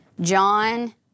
John